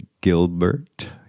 Gilbert